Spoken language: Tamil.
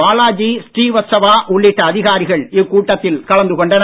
பாலாஜி ஸ்ரீவாஸ்தவா உள்ளிட்ட அதிகாரிகள் இக் கூட்டத்தில் கலந்து கொண்டனர்